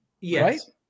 Yes